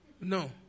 No